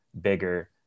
bigger